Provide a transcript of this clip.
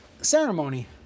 ceremony